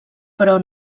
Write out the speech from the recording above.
però